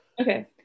Okay